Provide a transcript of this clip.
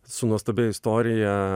su nuostabia istorija